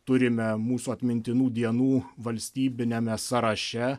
turime mūsų atmintinų dienų valstybiniame sąraše